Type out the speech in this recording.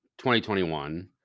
2021